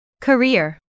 Career